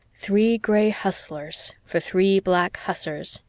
three gray hustlers for three black hussars,